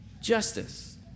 justice